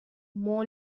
mon